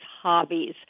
hobbies